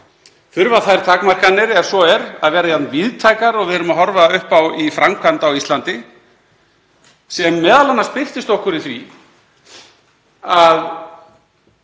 Þurfa þær takmarkanir, ef svo er, að vera jafn víðtækar og við erum að horfa upp á í framkvæmd á Íslandi sem m.a. birtist okkur í því að